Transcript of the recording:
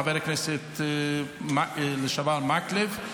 חבר הכנסת לשעבר מקלב,